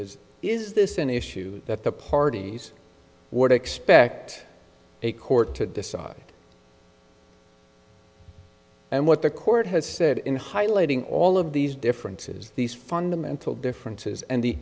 is is this an issue that the parties would expect a court to decide and what the court has said in highlighting all of these differences these fundamental differences and the